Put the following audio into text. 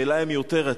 השאלה היא מיותרת,